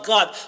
God